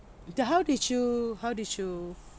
then how did you how did you